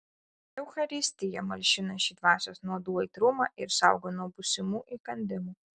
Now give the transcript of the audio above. eucharistija malšina šį dvasios nuodų aitrumą ir saugo nuo būsimų įkandimų